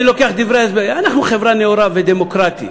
אנחנו חברה נאורה ודמוקרטית.